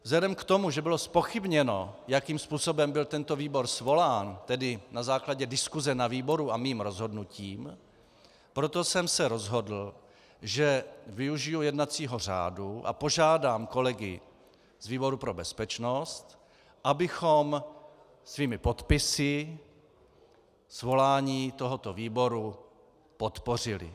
Vzhledem k tomu, že bylo zpochybněno, jakým způsobem byl tento výbor svolán, tedy na základě diskuse na výboru a mým rozhodnutím, proto jsem se rozhodl, že využiji jednacího řádu a požádám kolegy z výboru pro bezpečnost, abychom svými podpisy svolání tohoto výboru podpořili.